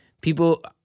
people